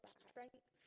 strength